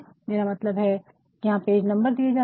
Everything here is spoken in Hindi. मेरा मतलब है कि यहाँ पेज नंबर दिए जाते है